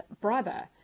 brother